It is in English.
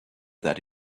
that